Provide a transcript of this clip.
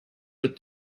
for